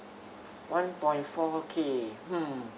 one point K hmm